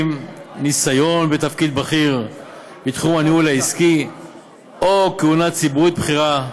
ניסיון בתפקיד בכיר בתחום הניהול העסקי או כהונה ציבורית בכירה.